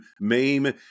maim